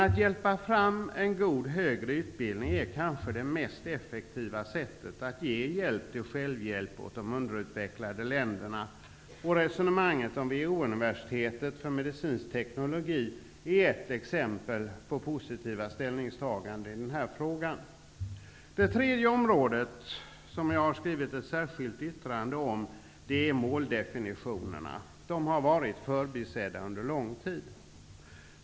Att hjälpa fram en god högre utbildning är kanske det mest effektiva sättet att ge hjälp till självhjälp åt de underutvecklade länderna. Resonemanget om WHO-universitetet för medicinsk teknologi är ett exempel på positiva ställningstaganden i den här frågan. Det tredje området, som jag har skrivit ett särskilt yttrande om, gäller måldefinitionerna. De har under lång tid varit förbisedda.